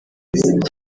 igihugu